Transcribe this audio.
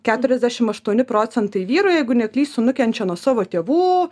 keturiasdešim aštuoni procentai vyrų jeigu neklystu nukenčia nuo savo tėvų